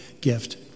gift